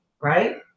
right